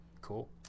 Cool